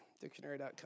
dictionary.com